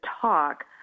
talk